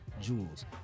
Jewels